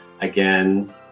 again